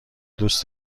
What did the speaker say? دوست